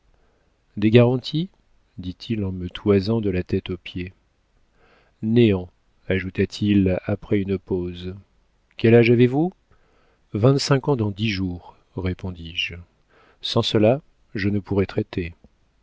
des garanties dit-il en me toisant de la tête aux pieds néant ajouta-t-il après une pause quel âge avez-vous vingt-cinq ans dans dix jours répondis-je sans cela je ne pourrais traiter